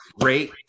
great